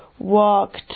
walked